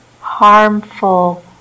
harmful